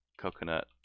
Coconut